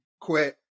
quit